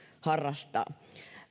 harrastaa